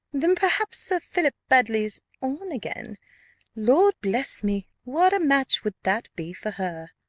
then perhaps sir philip baddely's on again lord bless me, what a match would that be for her!